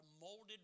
molded